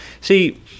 See